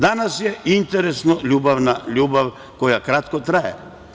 Danas je interesno ljubavna ljubav koja kratko traje.